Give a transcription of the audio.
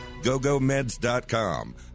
GoGoMeds.com